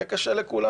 יהיה קשה לכולם.